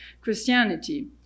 Christianity